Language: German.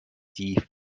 die